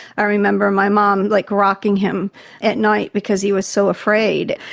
i remember my mom like rocking him at night because he was so afraid.